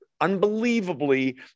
unbelievably